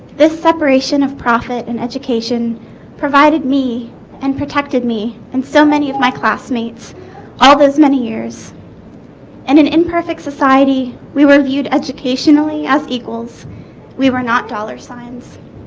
this separation of profit and education provided me and protected me and so many of my classmates all those many years in and an imperfect society we were viewed educationally as equals we were not dollar signs